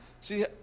see